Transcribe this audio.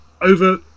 over